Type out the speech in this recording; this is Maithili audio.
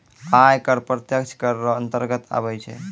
आय कर प्रत्यक्ष कर रो अंतर्गत आबै छै